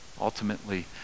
Ultimately